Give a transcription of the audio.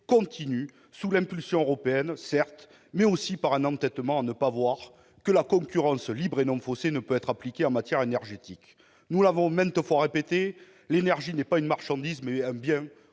poursuit, sous l'impulsion européenne, certes, mais aussi par un entêtement à ne pas voir que la concurrence libre et non faussée ne peut être appliquée en matière énergétique. Nous l'avons maintes fois répété : l'énergie est non pas une marchandise, mais un bien